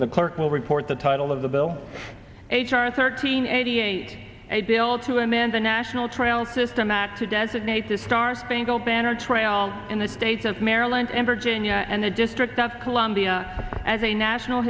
the clerk will report the title of the bill h r thirteen eighty eight a bill to amend the national trail system not to designate the star spangled banner trail in the days that maryland and virginia and the district of columbia as a national